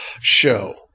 show